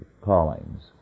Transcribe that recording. callings